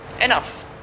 enough